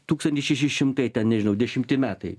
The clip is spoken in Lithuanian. tūkstantis šeši šimtai ten nežinau dešimti metai